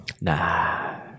Nah